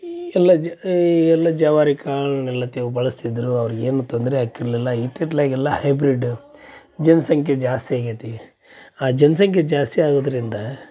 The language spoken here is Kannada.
ಈ ಎಲ್ಲ ಜ ಈ ಎಲ್ಲ ಜವಾರಿ ಕಾಳುಗಳ್ನೆಲ್ಲ ತೆಗು ಬಳಸ್ತಿದ್ದರು ಅವರಿಗೇನು ತೊಂದರೆ ಆಕ್ಕಿರಲಿಲ್ಲ ಇತ್ ಇತ್ಲಾಗ ಎಲ್ಲ ಹೈಬ್ರೀಡ್ ಜನ್ಸಂಖ್ಯೆ ಜಾಸ್ತಿ ಆಗೈತಿ ಆ ಜನ್ಸಂಖ್ಯೆ ಜಾಸ್ತಿ ಆಗುದರಿಂದ